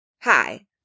Hi